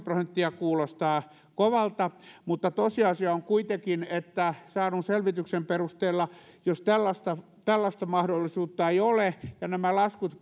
prosenttia kuulostaa kovalta mutta tosiasia on kuitenkin saadun selvityksen perusteella että jos tällaista tällaista mahdollisuutta ei ole ja nämä laskut